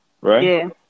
Right